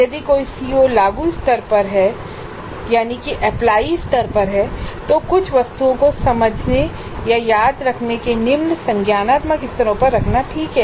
यदि कोई CO लागू स्तर पर है तो कुछ वस्तुओं को समझने या याद रखने के निम्न संज्ञानात्मक स्तरों पर रखना ठीक है